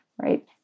right